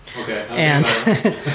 Okay